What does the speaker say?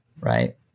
right